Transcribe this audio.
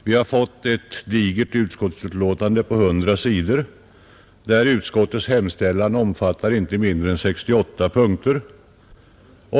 Vi har fått ett digert utskottsbetänkande på 100 sidor, där utskottets hemställan omfattar inte mindre än 68 punkter.